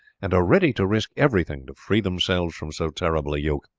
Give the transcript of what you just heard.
and are ready to risk everything to free themselves from so terrible a yoke.